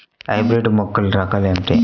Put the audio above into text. Hybrid మొక్కల రకాలు ఏమిటి?